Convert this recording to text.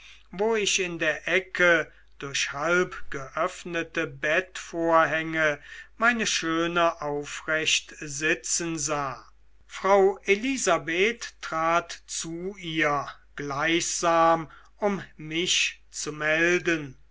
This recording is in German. wo ich in der ecke durch halbgeöffnete bettvorhänge meine schöne aufrecht sitzen sah frau elisabeth trat zu ihr gleichsam um mich zu melden